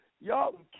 y'all